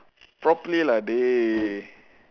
properly lah dey